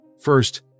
First